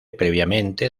previamente